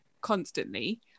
constantly